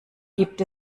gibt